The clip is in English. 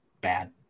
bad